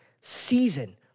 season